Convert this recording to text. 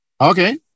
Okay